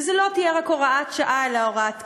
וזו לא תהיה רק הוראת שעה, אלא הוראת קבע,